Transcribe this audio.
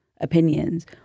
opinions